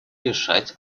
решать